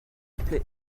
plait